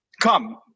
Come